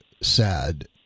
sad